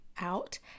out